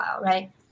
right